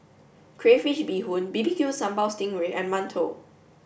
Crayfish Beehoon B B Q Sambal sting ray and Mantou